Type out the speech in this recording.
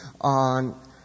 on